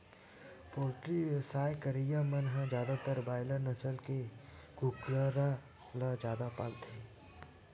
poultry बेवसाय करइया मन ह जादातर बायलर नसल के कुकरा ल जादा पालथे